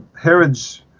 herod's